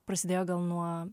prasidėjo gal nuo